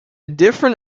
different